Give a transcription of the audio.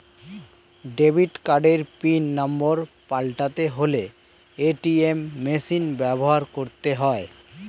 debit কার্ডের pin number পাল্টাতে হলে এ.টি.এম মেশিন ব্যবহার করতে হয়